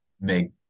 make